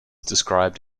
described